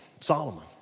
Solomon